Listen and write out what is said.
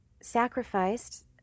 sacrificed